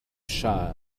shire